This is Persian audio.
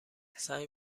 سعی